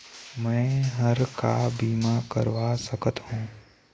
मैं हर का बीमा करवा सकत हो?